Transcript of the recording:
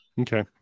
Okay